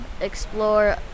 explore